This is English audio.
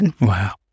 Wow